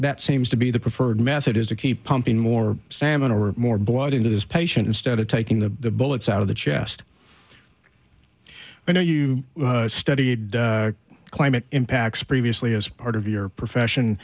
that seems to be the preferred method is to keep pumping more salmon or more blood into his patient instead of taking the bullets out of the chest i know you studied climate impacts previously as part of your profession